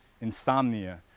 insomnia